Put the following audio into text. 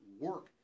work